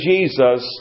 Jesus